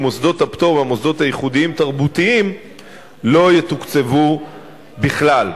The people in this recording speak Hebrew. ומוסדות הפטור והמוסדות הייחודיים-תרבותיים לא יתוקצבו בכלל.